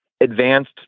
advanced